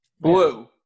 Blue